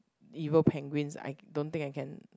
evil penguins I don't think I can